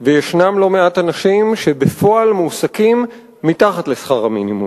וישנם לא מעט אנשים שבפועל מועסקים מתחת לשכר המינימום.